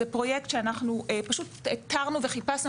זה פרויקט שאנחנו פשוט תרנו וחיפשנו